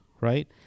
right